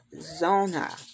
Zona